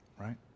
right